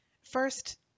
First